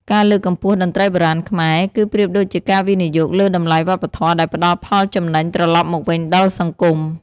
ការលើកកម្ពស់តន្ត្រីបុរាណខ្មែរ គឺប្រៀបដូចជាការវិនិយោគលើតម្លៃវប្បធម៌ដែលផ្ដល់ផលចំណេញត្រឡប់មកវិញដល់សង្គម។